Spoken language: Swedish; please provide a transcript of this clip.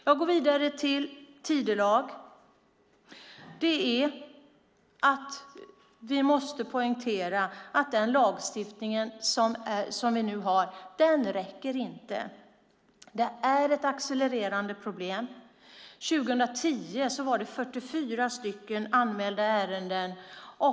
Jag går vidare till frågan om tidelag. Vi måste poängtera att den lagstiftning som vi nu har inte räcker. Det är ett accelererande problem. År 2010 var det 44 ärenden.